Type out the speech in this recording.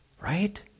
Right